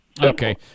okay